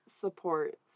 supports